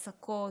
הצקות,